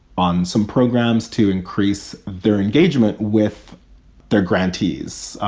on some programs to increase their engagement with their grantees.